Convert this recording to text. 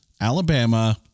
alabama